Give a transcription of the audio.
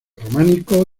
románico